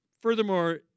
Furthermore